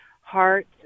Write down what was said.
heart